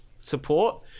support